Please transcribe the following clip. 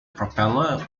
propeller